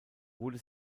wurde